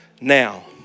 now